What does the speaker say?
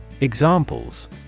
Examples